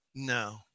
No